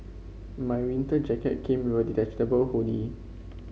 my winter jacket came with a detachable hood